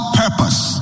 purpose